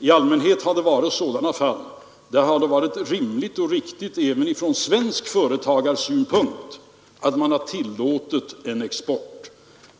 I allmänhet har det varit sådana fall där det har varit rimligt och riktigt även från svensk företagarsynpunkt att tillåta en kapitalexport.